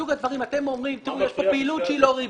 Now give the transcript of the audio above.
אתם אומרים שיש כאן פעילות שהיא לא ריבית,